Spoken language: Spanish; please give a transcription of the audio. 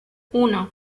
uno